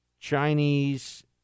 Chinese